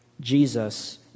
Jesus